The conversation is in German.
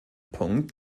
punkt